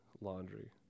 laundry